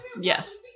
Yes